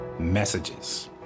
messages